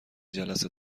جلسه